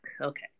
okay